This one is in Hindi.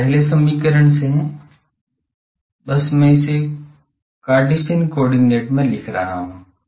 यह पहले समीकरण से है बस मैं इसे कार्टेशियन कोआर्डिनेट में लिख रहा हूं